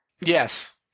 Yes